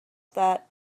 that